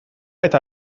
eta